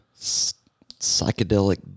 Psychedelic